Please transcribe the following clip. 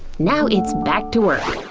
now it's back to work!